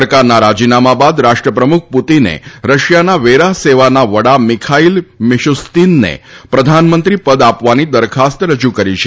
સરકારના રાજીનામા બાદ રાષ્ટ્રપ્રમુખ પુતીને રશિયાના વેરા સેવાના વડા મીખાઇલ મીશુસ્તીનને પ્રધાનમંત્રી પદ આપવાની દરખાસ્ત રજુ કરી છે